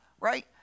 right